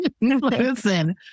Listen